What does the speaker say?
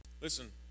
Listen